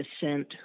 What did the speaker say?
descent